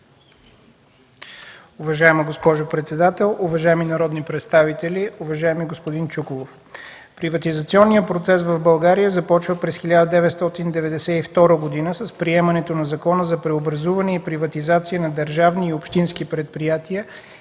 Уважаема госпожо председател, уважаеми народни представители! Уважаеми господин Чуколов, приватизационният процес в България започва през 1992 г. с приемането на Закона за преобразуване и приватизация на държавни и общински предприятия